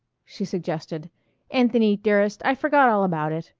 she suggested anthony, dearest, i forgot all about it.